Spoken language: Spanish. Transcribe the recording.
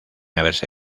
haberse